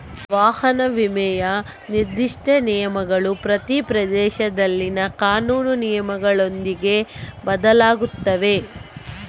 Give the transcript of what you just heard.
ವಾಹನ ವಿಮೆಯ ನಿರ್ದಿಷ್ಟ ನಿಯಮಗಳು ಪ್ರತಿ ಪ್ರದೇಶದಲ್ಲಿನ ಕಾನೂನು ನಿಯಮಗಳೊಂದಿಗೆ ಬದಲಾಗುತ್ತವೆ